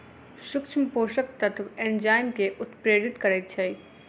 सूक्ष्म पोषक तत्व एंजाइम के उत्प्रेरित करैत छै